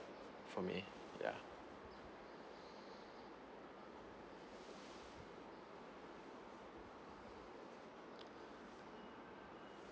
for me yeah